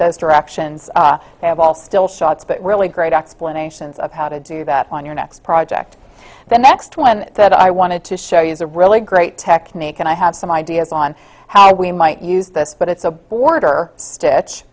those directions have all still shots but really great explanations of how to do that on your next project the next one that i wanted to show you is a really great technique and i have some ideas on how we might use this but it's a border stitch